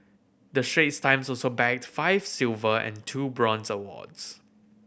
the Straits Times also bagged five silver and two bronze awards